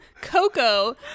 Coco